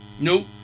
No